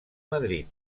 madrid